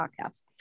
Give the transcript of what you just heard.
podcast